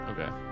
Okay